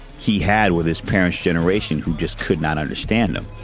he had with his parents generation who just could not understand them.